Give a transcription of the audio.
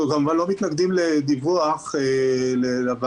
אנחנו כמובן לא מתנגדים לדיווח של שר הביטחון